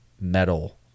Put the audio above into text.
metal